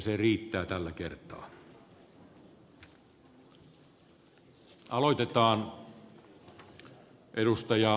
palaan eiliseen keskusteluun kehyksistä